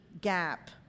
gap